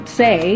say